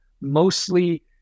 mostly